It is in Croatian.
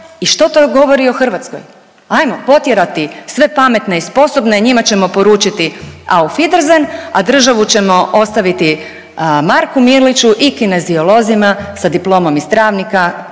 i što to govori o Hrvatskoj. Ajmo potjerati sve pametne i sposobne, njima ćemo poručiti auf wiedersehen, a državu ćemo ostaviti Marku Miliću i kineziolozima sa diplomom iz Travnika